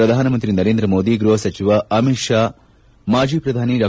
ಪ್ರಧಾನಮಂತ್ರಿ ನರೇಂದ್ರ ಮೋದಿ ಗೃಹ ಸಚಿವ ಅಮಿತ್ ಶಾ ಮಾಜಿ ಪ್ರಧಾನಿ ಡಾ